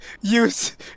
use